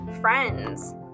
friends